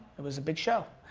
it was a big show.